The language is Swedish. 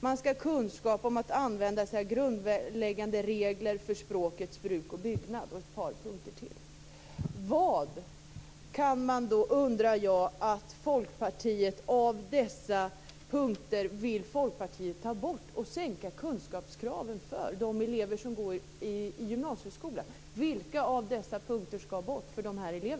De skall kunna använda sig av grundläggande regler för språkets bruk och byggnad. Det finns också ett par punkter till.